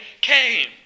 came